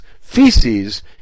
feces